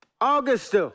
August